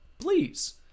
Please